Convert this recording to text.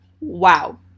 Wow